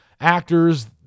actors